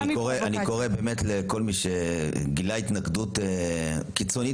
אני באמת קורא לכל מי שגילה התנגדות קיצונית